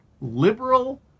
liberal